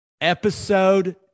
episode